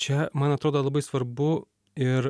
čia man atrodo labai svarbu ir